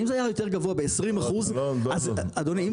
אם זה היה יותר גבוה ב-20% אז אני אומר אוקיי,